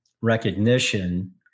recognition